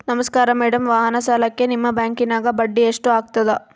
ನಮಸ್ಕಾರ ಮೇಡಂ ವಾಹನ ಸಾಲಕ್ಕೆ ನಿಮ್ಮ ಬ್ಯಾಂಕಿನ್ಯಾಗ ಬಡ್ಡಿ ಎಷ್ಟು ಆಗ್ತದ?